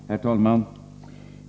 Herr talman!